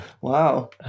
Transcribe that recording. Wow